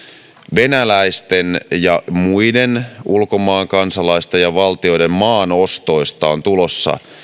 venäläisten ja muiden ulkomaan kansalaisten ja valtioiden maanostoista on tulossa